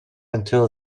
until